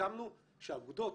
הסמכנו שהאגודות